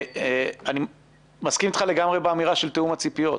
אני מסכים איתך לגמרי באמירה של תיאום הציפיות.